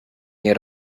nie